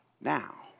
now